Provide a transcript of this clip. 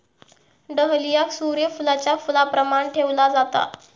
डहलियाक सूर्य फुलाच्या फुलाप्रमाण ठेवला जाता